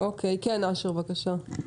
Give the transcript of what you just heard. אשר, בבקשה.